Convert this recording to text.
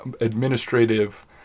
administrative